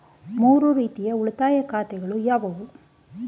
ಮೂರು ರೀತಿಯ ಉಳಿತಾಯ ಖಾತೆಗಳು ಯಾವುವು?